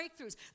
breakthroughs